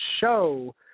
Show